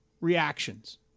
reactions